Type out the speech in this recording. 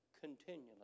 continually